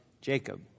Jacob